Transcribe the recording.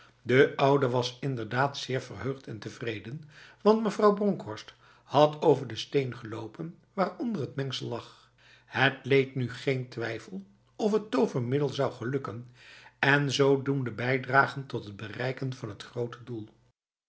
de oude was inderdaad zeer verheugd en tevreden want mevrouw bronkhorst had over de steen gelopen waaronder het mengsel lag het leed nu geen twijfel of het tovermiddel zou gelukken en zodoende bijdragen tot het bereiken van t grote doel